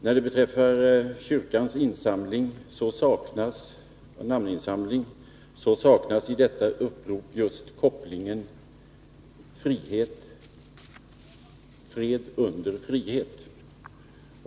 Vad beträffar kyrkornas namninsamling saknas i detta upprop just Nr 93 kopplingen fred under frihet.